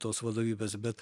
tos vadovybės bet